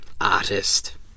artist